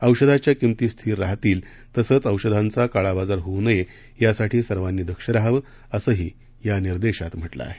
औषधाच्या किंमती स्थिर राहतील तसंच औषधांचा काळाबाजार होऊ नये यासाठी सर्वांनी दक्ष राहावं असंही या निर्देशात म्हटलं आहे